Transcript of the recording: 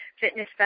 Fitness